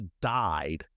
died